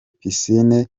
piscine